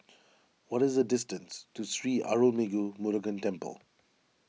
what is the distance to Sri Arulmigu Murugan Temple